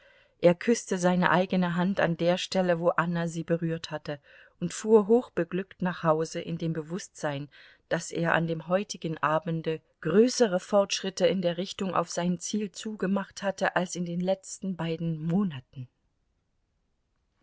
er küßte seine eigene hand an der stelle wo anna sie berührt hatte und fuhr hochbeglückt nach hause in dem bewußtsein daß er an dem heutigen abende größere fortschritte in der richtung auf sein ziel zu gemacht hatte als in den letzten beiden monaten